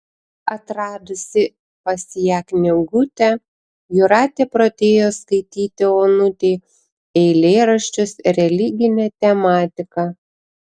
atradusi pas ją knygutę jūratė pradėjo skaityti onutei eilėraščius religine tematika